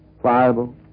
pliable